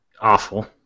Awful